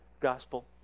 gospel